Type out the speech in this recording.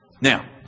Now